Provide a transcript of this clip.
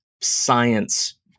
science